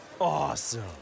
Awesome